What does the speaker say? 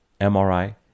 MRI